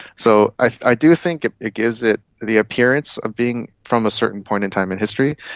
so i do think it it gives it the appearance of being from a certain point in time in history,